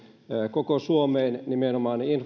koko suomeen nimenomaan